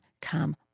come